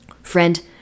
friend